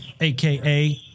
aka